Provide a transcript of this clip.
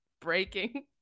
breaking